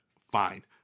fine